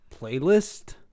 playlist